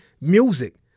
music